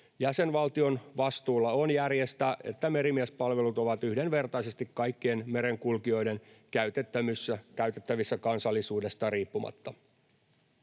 Jäsenvaltion vastuulla on järjestää, että merimiespalvelut ovat yhdenvertaisesti kaikkien merenkulkijoiden käytettävissä kansallisuudesta riippumatta.